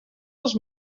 els